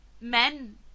men